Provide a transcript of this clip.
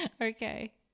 Okay